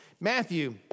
Matthew